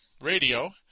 radio